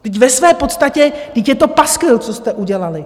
Vždyť ve své podstatě je to paskvil, co jste udělali.